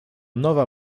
nowa